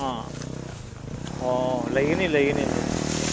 ꯑꯥ ꯑꯣ ꯂꯩꯒꯅꯤ ꯂꯩꯒꯅꯤ ꯂꯩꯒꯅꯤ ꯑꯗꯨꯁꯨ